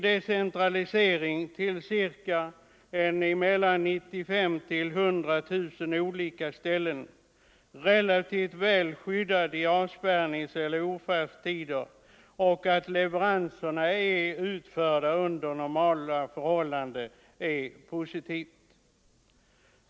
Decentraliseringen till mellan 95 000 och 100 000 olika ställen, relativt väl skyddade i avspärrningseller ofärdstider, och leveranserna utförda under normala förhållanden är positivt.